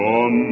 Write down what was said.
on